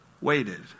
waited